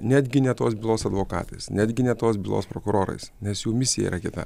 netgi ne tos bylos advokatais netgi ne tos bylos prokurorais nes jų misija yra kita